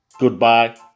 Goodbye